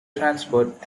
transport